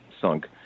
sunk